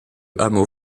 hameau